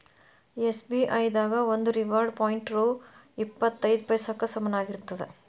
SBI ದಾಗ ಒಂದು reward point ರೊ ಇಪ್ಪತ್ ಐದ ಪೈಸಾಕ್ಕ ಸಮನಾಗಿರ್ತದ